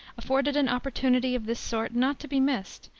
afforded an opportunity of this sort not to be missed,